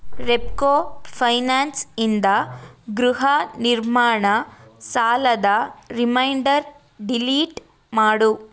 ರೆಪ್ಕೋ ಫೈನಾನ್ಸಿಂದ ಗೃಹ ನಿರ್ಮಾಣ ಸಾಲದ ರಿಮೈಂಡರ್ ಡಿಲೀಟ್ ಮಾಡು